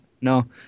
No